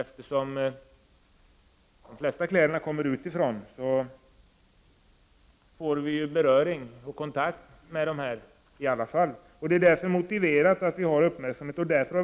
Eftersom de flesta kläder som säljs i Sverige kommer utifrån, får vi ändå kontakt med dessa ämnen. Det är därför motiverat att vara uppmärksam på detta.